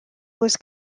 was